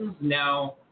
now